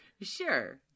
Sure